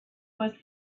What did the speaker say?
was